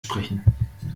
sprechen